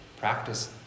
Practice